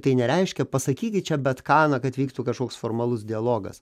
tai nereiškia pasakykit čia bet ką na kad vyktų kažkoks formalus dialogas